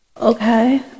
okay